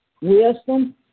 Wisdom